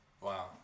wow